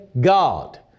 God